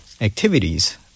activities